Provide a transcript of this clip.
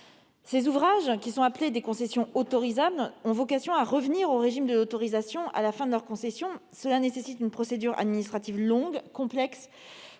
Ces ouvrages, qui sont appelés des concessions autorisables, ont vocation à revenir au régime de l'autorisation à la fin de leur concession. Cela nécessite une procédure administrative longue, complexe,